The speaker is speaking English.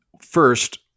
first